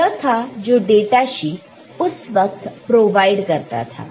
तो यह था जो डाटा शीट उस वक्त प्रोवाइड करता था